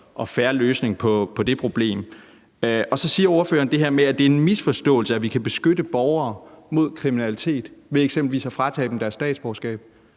og fair løsning på det problem. Så siger ordføreren det her med, at det er en misforståelse, at vi kan beskytte borgere mod kriminalitet ved eksempelvis at fratage dem deres statsborgerskab.